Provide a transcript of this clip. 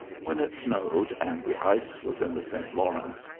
when it snowed and the ice was in the st. lawrence,